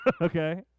okay